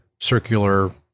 Circular